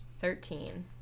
Thirteen